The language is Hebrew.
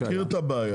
אתה מכיר את הבעיה.